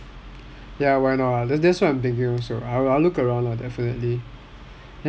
ya why not ah that's what I'm thinking also I'll look around lah definitely